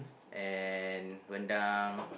and rendang